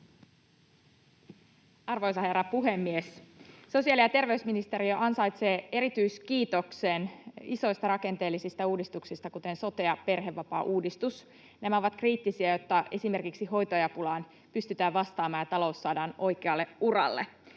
Arvoisa herra puhemies! Sosiaali- ja terveysministeriö ansaitsee erityiskiitoksen isoista rakenteellisista uudistuksista, kuten sote- ja perhevapaauudistus. Nämä ovat kriittisiä, jotta esimerkiksi hoitajapulaan pystytään vastaamaan ja talous saadaan oikealle uralle.